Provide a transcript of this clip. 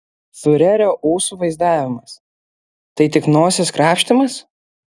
fiurerio ūsų vaizdavimas tai tik nosies krapštymas